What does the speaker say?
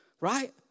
Right